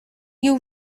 you